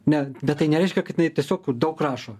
ne bet tai nereiškia kad jinai tiesiog daug rašo